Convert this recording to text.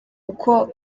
uko